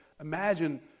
imagine